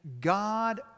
God